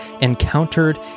encountered